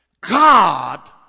God